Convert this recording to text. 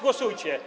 Głosujcie.